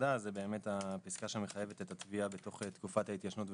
שירדה זו שמחייבת את התביעה בתוך תקופת ההתיישנות.